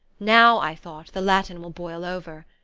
now i thought, the latin will boil over!